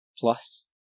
Plus